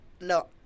no